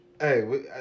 hey